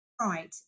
Right